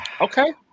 Okay